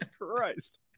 christ